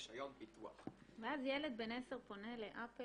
רישיון פיתוח -- ואז ילד בן 10 פונה לאפל